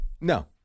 No